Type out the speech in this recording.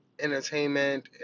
entertainment